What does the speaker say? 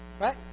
Right